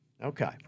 Okay